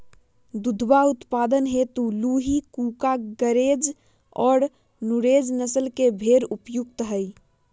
दुधवा उत्पादन हेतु लूही, कूका, गरेज और नुरेज नस्ल के भेंड़ उपयुक्त हई